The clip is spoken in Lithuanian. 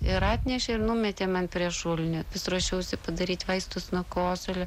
ir atnešė ir numetė man prie šulinio vis ruošiausi padaryti vaistus nuo kosulio